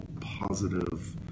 positive